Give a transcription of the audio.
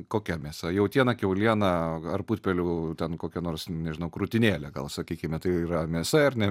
kokia mėsa jautiena kiauliena ar putpelių ten kokia nors nežinau krūtinėlė gal sakykime tai yra mėsa ir ne